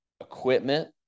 equipment